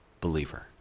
believer